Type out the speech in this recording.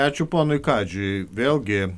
ačiū ponui kadžiui vėlgi